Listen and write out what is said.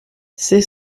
c’est